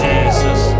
Jesus